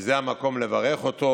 וזה המקום לברך אותו